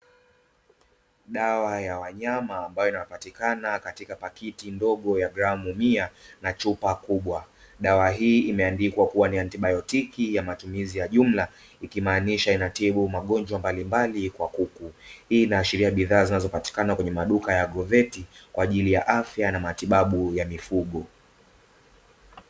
Dawa ya wanyama, ambayo inapatikana katika pakiti ndogo ya gramu mia na chupa kubwa. Dawa hii imeandikwa kuwa ni antibiotiki ya matumizi ya jumla, ikimaanisha inatibu magonjwa mbalimbali kwa kuku. Hii inaashiria bidhaa zinazopatikana kwenye maduka ya agroveti kwa ajili ya afya na matibabu ya mifugo.